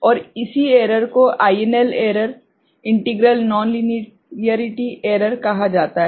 और इसी एरर को INL error integral non linearity error कहा जाता है